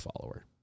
follower